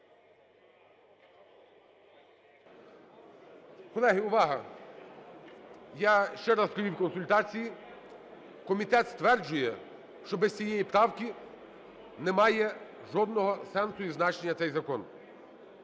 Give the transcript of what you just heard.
Колеги, увага! Я ще раз провів консультації, комітет стверджує, що без цієї правки не має жодного сенсу і значення цей закон.